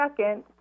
second